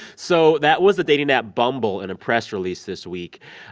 so that was the dating app bumble in a press release this week.